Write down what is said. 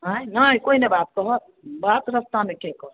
आंय नहि कोइ नहि बात कहत बात रास्तामे के कहत